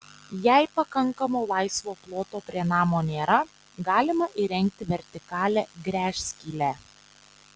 jei pakankamo laisvo ploto prie namo nėra galima įrengti vertikalią gręžskylę